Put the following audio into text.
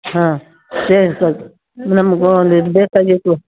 ಹಾಂ ನಮ್ಗೆ ಒಂದು ಇದು ಬೇಕಾಗಿತ್ತು